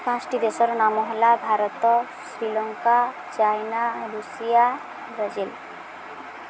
ପାଞ୍ଚଟି ଦେଶର ନାମ ହେଲା ଭାରତ ଶ୍ରୀଲଙ୍କା ଚାଇନା ରୁଷିଆ ବ୍ରାଜିଲ